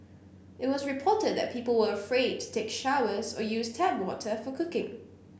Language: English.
it was reported that people were afraid to take showers or use tap water for cooking